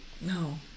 No